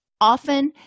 often